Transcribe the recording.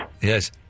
Yes